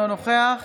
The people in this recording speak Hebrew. אינו נוכח